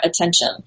attention